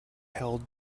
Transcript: held